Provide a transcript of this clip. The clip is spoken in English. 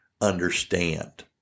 understand